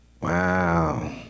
wow